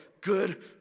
good